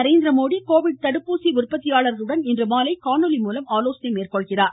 Narendra Modi Covid தடுப்பூசி உற்பத்தியாளர்களுடன் இன்று மாலை காணொலி மூலம் ஆலோசனை மேற்கொள்கிறார்